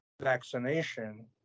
vaccination